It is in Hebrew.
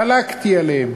חלקתי עליהם,